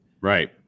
right